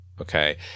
okay